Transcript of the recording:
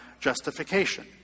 justification